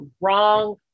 wrong